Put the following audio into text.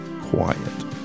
quiet